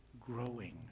growing